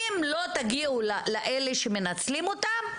אם לא תגיעו לאלה שמנצלים אותם,